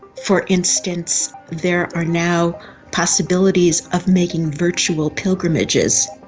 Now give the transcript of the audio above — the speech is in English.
for instance, there are now possibilities of making virtual pilgrimages.